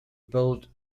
build